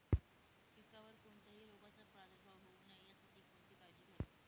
पिकावर कोणत्याही रोगाचा प्रादुर्भाव होऊ नये यासाठी कोणती काळजी घ्यावी?